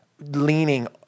leaning